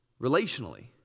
relationally